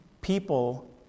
people